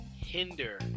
hinder